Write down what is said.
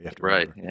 Right